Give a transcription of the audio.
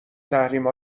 تحریم